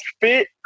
fit